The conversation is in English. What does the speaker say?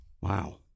Wow